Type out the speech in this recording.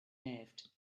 lived